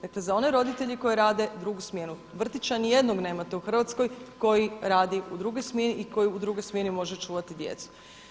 Dakle, za one roditelje koji rade drugu smjenu vrtića ni jednog nemate u Hrvatskoj koji radi u drugoj smjeni i koji u drugoj smjeni može čuvati djecu.